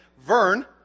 Vern